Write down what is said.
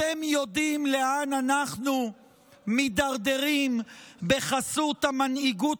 אתם יודעים לאן אנחנו מידרדרים בחסות המנהיגות